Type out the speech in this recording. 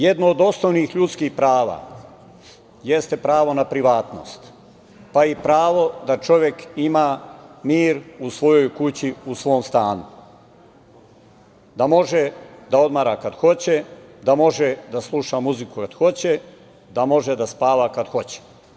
Jedno od osnovnih ljudskih prava, jeste pravo na privatnost, pa i pravo da čovek ima mir u svojoj kući, u svom stanu, da može da odmara kada hoće, da može da sluša muziku kada hoće, da može da spava kada hoće.